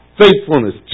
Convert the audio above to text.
faithfulness